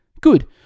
Good